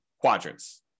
quadrants